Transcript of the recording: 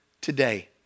today